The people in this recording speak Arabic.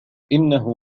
إنه